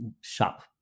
shop